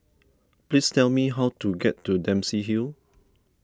please tell me how to get to Dempsey Hill